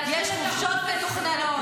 יש חופשות מתוכננות.